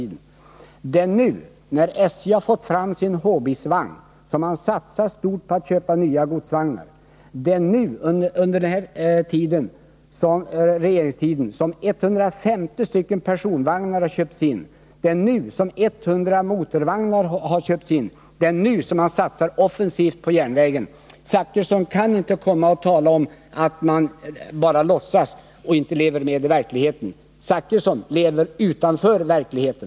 Det är nu, när SJ har fått fram sin Hbis-vagn som man satsar stort på att köpa nya godsvagnar. Det är nu, under den här regeringens tid, som 150 personvagnar har köpts in. Det är nu som 100 motorvagnar har köpts in. Det är nu som man satsar offensivt på järnvägen. Bertil Zachrisson kan inte tala om att man bara låtsas och att man inte lever med i verkligheten. Det är Bertil Zachrisson som lever utanför verkligheten.